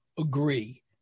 agree